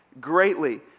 greatly